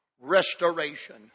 restoration